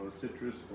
citrus